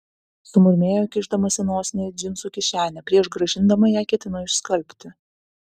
sumurmėjo kišdamasi nosinę į džinsų kišenę prieš grąžindama ją ketino išskalbti